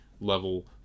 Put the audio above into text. level